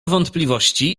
wątpliwości